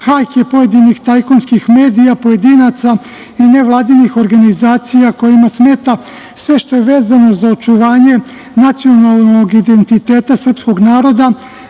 hajke pojedinih tajkunskih medija, pojedinaca i nevladinih organizacija koja smeta sve što je vezano za očuvanje nacionalnog identiteta srpskog naroda,